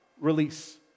release